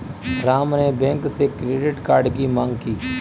राम ने बैंक से credit card की माँग की